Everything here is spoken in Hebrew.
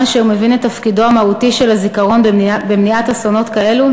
עם אשר מבין את תפקידו המהותי של הזיכרון במניעת אסונות כאלו,